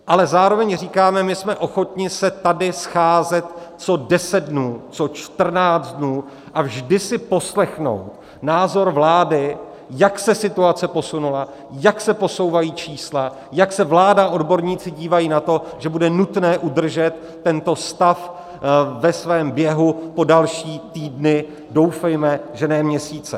Ale zároveň říkáme my jsme ochotni se tady scházet co deset dnů, co čtrnáct dnů a vždy si poslechnout názor vlády, jak se situace posunula, jak se posouvají čísla, jak se vláda a odborníci dívají na to, že bude nutné udržet tento stav v běhu po další týdny, doufejme, že ne měsíce.